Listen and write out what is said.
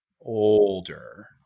older